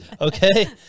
okay